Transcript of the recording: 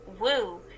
woo